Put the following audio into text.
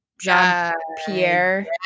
Jean-Pierre